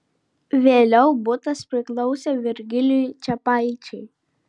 vėliau butas priklausė virgilijui čepaičiui